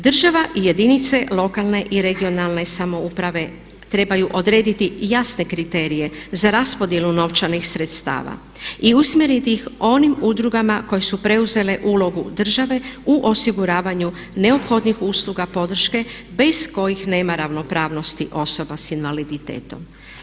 Država i jedinice lokalne i regionalne samouprave trebaju odrediti jasne kriterije za raspodjelu novčanih sredstava i usmjeriti ih onim udrugama koje su preuzele ulogu države u osiguravanju neophodnih usluga podrške bez kojih nema ravnopravnosti osoba s invaliditetom.